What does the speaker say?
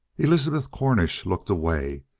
elizabeth cornish looked away,